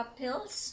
pills